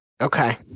Okay